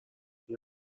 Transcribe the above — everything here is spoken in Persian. این